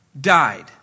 died